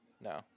No